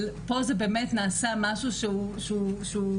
אבל פה זה באמת נעשה משהו שהוא מסוכן,